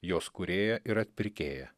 jos kūrėją ir atpirkėją